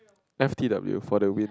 F_T_W for the win